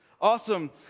awesome